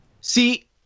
See